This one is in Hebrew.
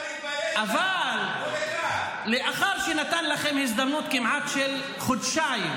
אבל לאחר שהוא נתן לכם הזדמנות כמעט של חודשיים,